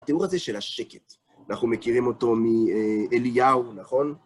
התיאור הזה של השקט, אנחנו מכירים אותו מאליהו, נכון?